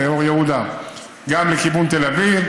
ומאור יהודה גם לכיוון תל אביב,